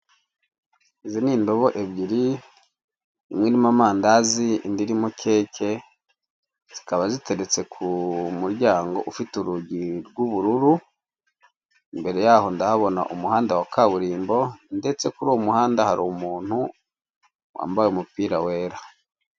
Izi ni indobo ebyiri, imwe irimo amandazi, indi irimo keke, zikaba ziteretse ku muryango ufite urugi rw'ubururu, imbere yaho ndahabona umuhanda wa kaburimbo ndetse kuri uwo muhanda hari umuntu wambaye umupira wera.